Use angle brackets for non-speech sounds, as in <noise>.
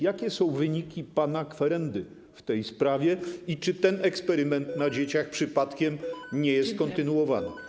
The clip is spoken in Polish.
Jakie są wyniki pana kwerendy w tej sprawie i czy ten eksperyment <noise> na dzieciach przypadkiem nie jest kontynuowany?